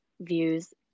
views